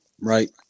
right